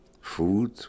food